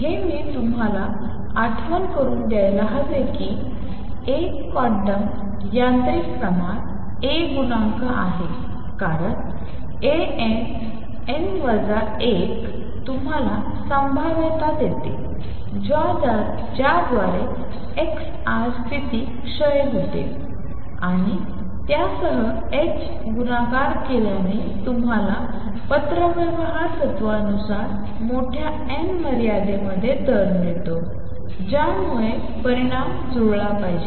हे मी तुम्हाला आठवण करून द्यायला हवे एक क्वांटम यांत्रिक प्रमाण A गुणांक आहे कारण A n n वजा 1 तुम्हाला संभाव्यता देते ज्याद्वारे xr स्तिती क्षय होते आणि त्यासह h गुणाकार केल्याने तुम्हाला पत्रव्यवहार तत्त्वानुसार मोठ्या n मर्यादेमध्ये दर मिळतो ज्यामुळे परिणाम जुळला पाहिजे